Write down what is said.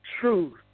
truth